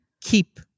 keep